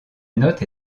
note